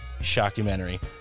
shockumentary